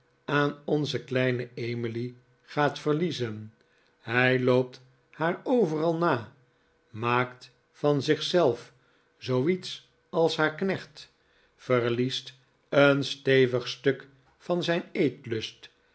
aan onze kleine emily gaat verliezen hij loopt haar overal na maakt van zich zelf zooiets als haar knecht verliest een stevig stuk van zijn eetlust